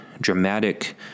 dramatic